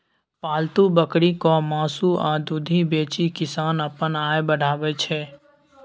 पालतु बकरीक मासु आ दुधि बेचि किसान अपन आय बढ़ाबै छै